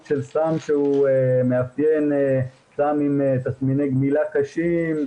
של סם שמאפיין סם עם תסמיני גמילה קשים,